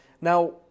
Now